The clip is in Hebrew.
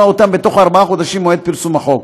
אותם בתוך ארבעה חודשים ממועד פרסום החוק.